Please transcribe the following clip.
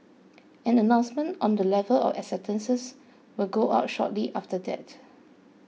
an announcement on the level of acceptances will go out shortly after that